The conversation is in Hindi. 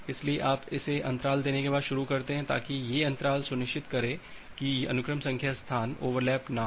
इसलिए आप इसे अंतराल देने के बाद शुरू करते हैं ताकि ये अंतराल सुनिश्चित करें कि अनुक्रम संख्या स्थान ओवरलैप न हो